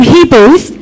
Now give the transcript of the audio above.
Hebrews